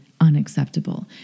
unacceptable